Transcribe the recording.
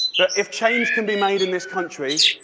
that if change can be made in this country,